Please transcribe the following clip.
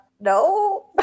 no